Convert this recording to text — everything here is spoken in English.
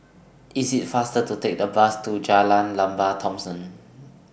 IT IS faster to Take The Bus to Jalan Lembah Thomson